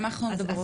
על מה אנחנו מדברות?